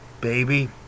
baby